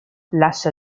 lascia